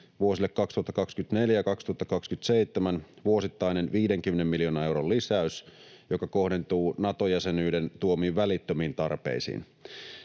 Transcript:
vuosille 2024—2027 vuosittainen 50 miljoonan euron lisäys, joka kohdentuu Nato-jäsenyyden tuomiin välittömiin tarpeisiin.